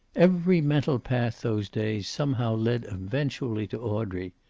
every mental path, those days, somehow led eventually to audrey.